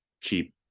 cheap